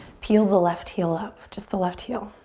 peel the left heel up, just the left heel.